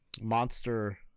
monster